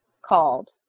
called